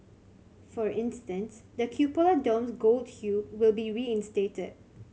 for instance the cupola dome's gold hue will be reinstated